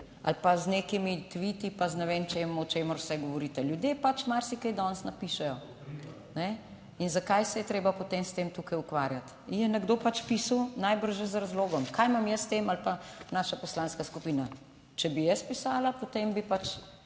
ali pa z nekimi tviti, pa z ne vem čem, o čemer vse govorite? Ljudje pač marsikaj danes napišejo, ne, in zakaj se je treba potem s tem tukaj ukvarjati. Je nekdo pač pisal, najbrž že z razlogom. Kaj imam jaz s tem ali pa naša poslanska skupina? Če bi jaz pisala, potem bi pač